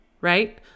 right